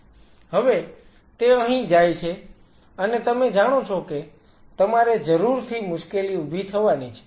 હવે તે અહીં જાય છે અને તમે જાણો છો કે તમારે જરૂરથી મુશ્કેલી ઉભી થવાની છે